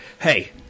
Hey